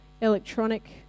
Electronic